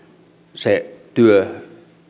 se työ